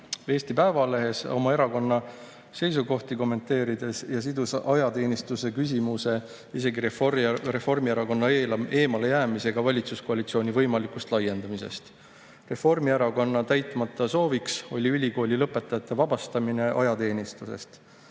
Eesti Päevalehes oma erakonna seisukohti kommenteerides ajateenistuse küsimuse isegi Reformierakonna eemalejäämisega valitsuskoalitsiooni võimalikust laiendamisest. Reformierakonna täitmata sooviks oli ülikoolilõpetajate vabastamine ajateenistusest.